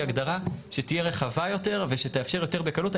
הגדרה שתהיה רחבה יותר ושתאפשר יותר בקלות.